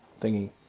Thingy